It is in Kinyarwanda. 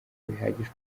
bihagije